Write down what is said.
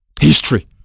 history